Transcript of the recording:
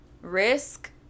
risk